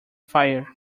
fire